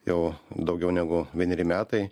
jau daugiau negu vieneri metai